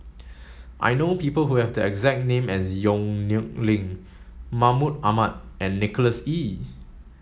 I know people who have the exact name as Yong Nyuk Lin Mahmud Ahmad and Nicholas Ee